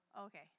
Okay